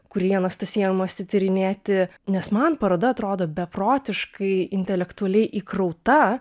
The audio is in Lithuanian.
kurį anastasija imasi tyrinėti nes man paroda atrodo beprotiškai intelektualiai įkrauta